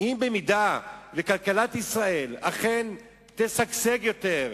במידה שכלכלת ישראל אכן תשגשג יותר,